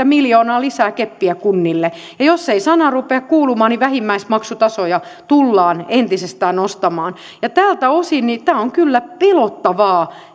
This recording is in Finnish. miljoonaa lisää keppiä kunnille ja jos ei sana rupea kuulumaan niin vähimmäismaksutasoja tullaan entisestään nostamaan tältä osin tämä on kyllä pelottavaa